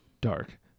dark